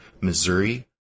Missouri